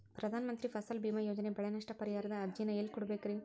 ಪ್ರಧಾನ ಮಂತ್ರಿ ಫಸಲ್ ಭೇಮಾ ಯೋಜನೆ ಬೆಳೆ ನಷ್ಟ ಪರಿಹಾರದ ಅರ್ಜಿನ ಎಲ್ಲೆ ಕೊಡ್ಬೇಕ್ರಿ?